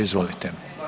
Izvolite.